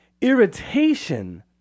Irritation